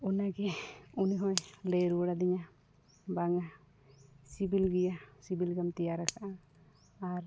ᱚᱱᱟᱜᱮ ᱩᱱᱤ ᱦᱚᱸᱭ ᱞᱟᱹᱭ ᱨᱩᱣᱟᱹᱲᱟᱫᱤᱧᱟᱹ ᱵᱟᱝᱼᱟ ᱥᱤᱵᱤᱞ ᱜᱮᱭᱟ ᱥᱤᱵᱤᱞ ᱜᱮᱢ ᱛᱮᱭᱟᱨᱟᱠᱟᱜᱼᱟ ᱟᱨ